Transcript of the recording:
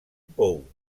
pou